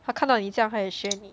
他看到你这样他也学你